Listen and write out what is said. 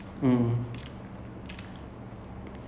எங்க வீட்டுக்கு கீழ எங்க:enga veetuku keela enga